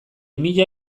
mila